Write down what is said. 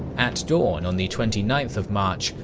at dawn on the twenty ninth of march,